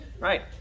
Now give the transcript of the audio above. right